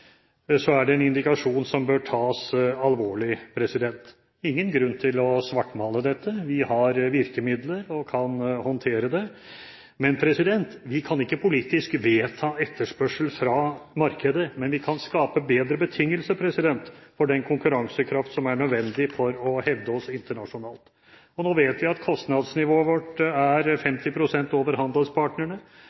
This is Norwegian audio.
er det en indikasjon som bør tas alvorlig. Det er ingen grunn til å svartmale dette. Vi har virkemidler og kan håndtere det. Men vi kan ikke politisk vedta etterspørsel fra markedet, men vi kan skape bedre betingelser for den konkurransekraft som er nødvendig for å hevde oss internasjonalt. Nå vet vi at kostnadsnivået vårt er 50 pst. over